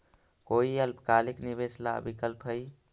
कोई अल्पकालिक निवेश ला विकल्प हई?